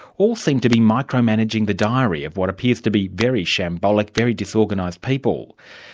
all seem to be micro-managing the diary of what appears to be very shambolic, very disorganised people.